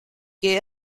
que